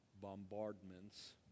bombardments